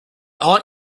aunt